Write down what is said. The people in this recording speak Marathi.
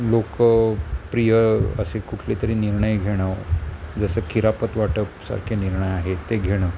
लोकप्रिय असे कुठलेतरी निर्णय घेणं जसं खिरापत वाटसारखे निर्णय आहेत ते घेणं